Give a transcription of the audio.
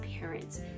parents